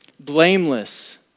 blameless